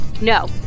No